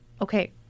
okay